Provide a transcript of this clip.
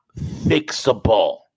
fixable